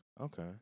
okay